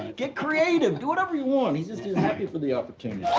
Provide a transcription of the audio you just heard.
get creative. do whatever you want. he's just happy for the opportunity.